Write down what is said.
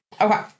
Okay